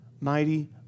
mighty